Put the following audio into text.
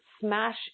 smash